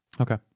Okay